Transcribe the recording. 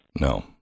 No